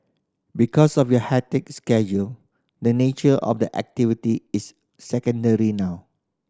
because of your hectic schedule the nature of the activity is secondary now